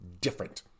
different